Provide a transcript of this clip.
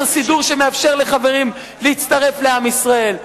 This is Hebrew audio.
סידור שמאפשר לחברים להצטרף לעם ישראל,